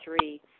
three